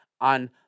on